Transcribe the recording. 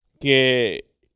que